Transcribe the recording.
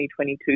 2022